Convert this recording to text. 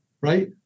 right